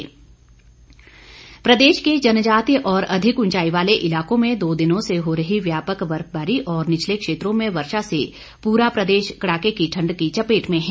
मौसम प्रदेश के जनजातीय और अधिक ऊंचाई वाले इलाकों में दो दिनों से हो रही व्यापक बर्फबारी और निचले क्षेत्रों में वर्षा से पूरा प्रदेश कड़ाके की ठण्ड की चपेट में है